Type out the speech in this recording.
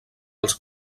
als